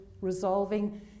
resolving